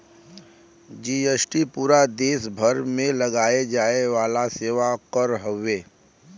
GST पूरा देस भर में लगाये जाये वाला सेवा कर हउवे